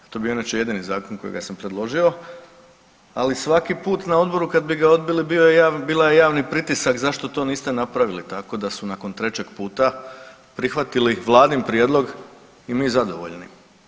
To je bio inače jedini zakon kojega sam predložio, ali svaki put na odboru kad bi ga odbili bio je javni pritisak zašto to niste napravili, tako da su nakon trećeg puta prihvatili Vladin prijedlog i mi zadovoljni.